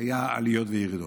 היו עליות וירידות.